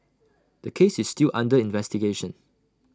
the case is still under investigation